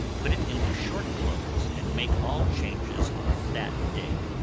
put it into short clothes and make all changes on that day.